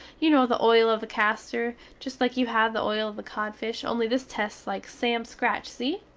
you no the oil of the caster, just like you had the oil of the codfish only this tests like sam scratch see?